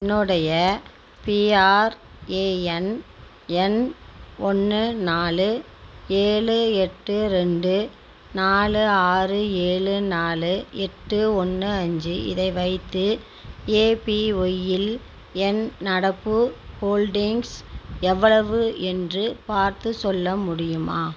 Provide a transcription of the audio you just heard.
என்னுடைய பிஆர்ஏஎன் எண் ஒன்று நாலு ஏழு எட்டு ரெண்டு நாலு ஆறு ஏழு நாலு எட்டு ஒன்று அஞ்சு இதை வைத்து ஏபிஒய்யில் என் நடப்பு ஹோல்டிங்ஸ் எவ்வளவு என்று பார்த்துச் சொல்ல முடியுமா